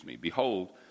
behold